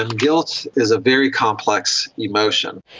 guilt is a very complex emotion.